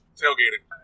tailgating